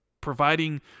providing